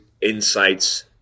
insights